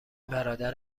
برادر